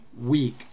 Week